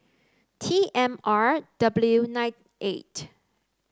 T M R W nine eight